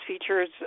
features